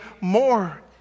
more